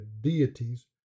deities